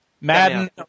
Madden